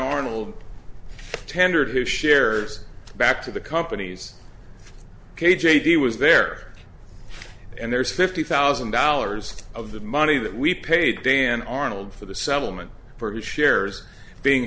arnold tendered his shares back to the companies k j he was there and there's fifty thousand dollars of the money that we paid dan arnold for the settlement for his shares being